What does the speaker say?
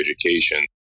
education